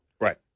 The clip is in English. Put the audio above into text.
Right